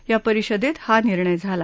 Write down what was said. या परिषदेत हा निर्णय झाला